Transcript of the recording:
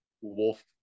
wolf